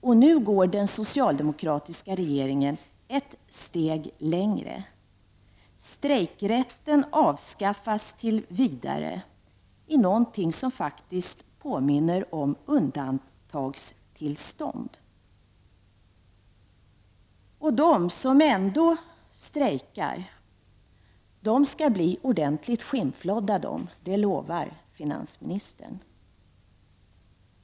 Och nu går den socialdemokratiska regeringen ett steg längre. Strejkrätten avskaffas tills vidare i något som faktiskt påminner om undantagstillstånd. De som ändå strejkar skall bli ordentligt skinnflådda, lovar finansministern.